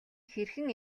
хэрхэн